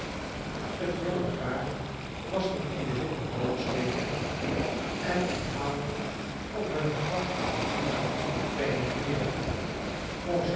het jonge paar was nog in de wittebroodsweken en onthaalde op hunne prachtige villa bij het meer